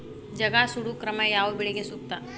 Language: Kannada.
ಜಗಾ ಸುಡು ಕ್ರಮ ಯಾವ ಬೆಳಿಗೆ ಸೂಕ್ತ?